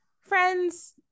Friends